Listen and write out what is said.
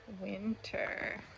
Winter